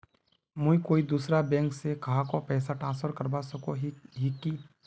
मुई कोई दूसरा बैंक से कहाको पैसा ट्रांसफर करवा सको ही कि?